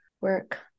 work